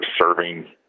serving